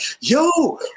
yo